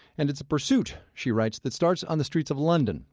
and it's a pursuit, she writes, that starts on the streets of london,